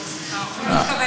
לפני שנתיים.